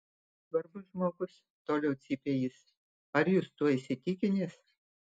svarbus žmogus toliau cypė jis ar jūs tuo įsitikinęs